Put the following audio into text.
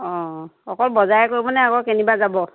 অঁ অকল বজাৰে কৰিবনে আকৌ কেনিবা যাব